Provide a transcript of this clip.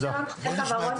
כשיש רק שתי חברות